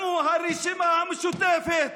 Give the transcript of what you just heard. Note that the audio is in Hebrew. אנחנו ברשימה המשותפת